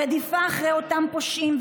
ברדיפה אחר אותם פושעים,